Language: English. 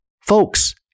Folks